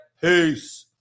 peace